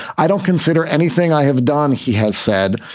i don't consider anything i have done, he has said,